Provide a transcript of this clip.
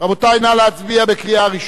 נא להצביע בקריאה ראשונה,